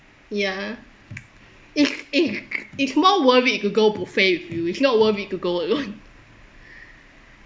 ya it's it's it's more worth it to go buffet with you it's not worth it to go alone